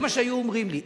זה מה שהיו אומרים לי.